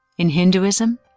in hinduism,